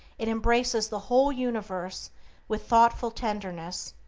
it embraces the whole universe with thoughtful tenderness.